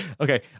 Okay